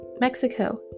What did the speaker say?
Mexico